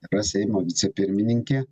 yra seimo vicepirmininkė